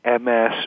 MS